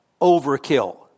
overkill